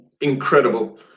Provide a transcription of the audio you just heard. incredible